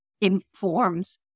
informs